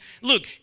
Look